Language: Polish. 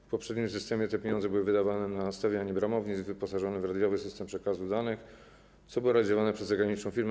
W poprzednim systemie te pieniądze były wydawane na stawianie bramownic wyposażonych w radiowy system przekazu danych, co było realizowane przez zagraniczną firmę.